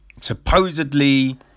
supposedly